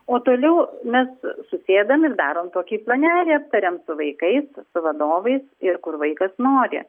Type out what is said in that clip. o toliau mes susėdam ir darom tokį planelį aptariam su vaikais su vadovais ir kur vaikas nori